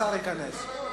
השר ייכנס.